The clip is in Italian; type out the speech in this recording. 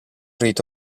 rito